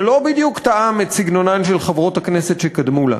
שלא בדיוק תאם את סגנונן של חברות הכנסת שקדמו לה.